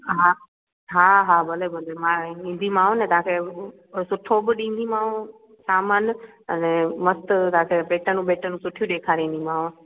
हा हा हा भले भले मां ईंदीमांव न वखे सुठो बि ॾिंदीमांव सामानु अने मस्तु तव्हांखे पेटनूं बेटनूं सुठियूं ॾेखारींदीमांव